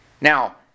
Now